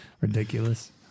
ridiculous